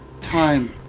time